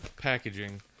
packaging